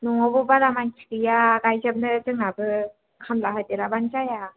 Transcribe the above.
न'आवबो बारा मानसि गैया गायजोबनो जोंनाबो खामला होदेराबानो जाया